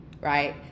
right